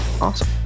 Awesome